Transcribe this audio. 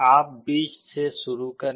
आप बीच से शुरू करें